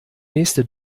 nächste